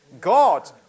God